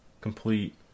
complete